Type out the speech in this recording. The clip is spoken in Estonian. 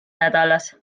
nädalas